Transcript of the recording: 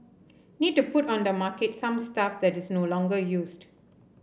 need to put on the market some stuff that is no longer used